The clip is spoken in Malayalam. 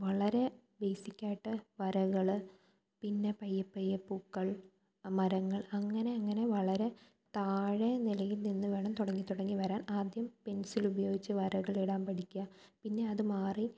വളരെ ബേസിക്കായിട്ട് വരകള് പിന്നെ പയ്യെ പയ്യെ പൂക്കൾ മരങ്ങൾ അങ്ങനെയങ്ങനെ വളരെ താഴെ നിലയിൽ നിന്ന് വേണം തുടങ്ങി തുടങ്ങി വരാൻ ആദ്യം പെൻസിൽ ഉപയോഗിച്ച് വരകൾ ഇടാൻ പഠിക്കുക പിന്നെ അത് മാറി